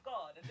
God